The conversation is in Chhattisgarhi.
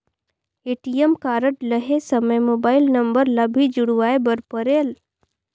ए.टी.एम कारड लहे समय मोबाइल नंबर ला भी जुड़वाए बर परेल?